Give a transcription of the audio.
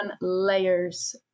layers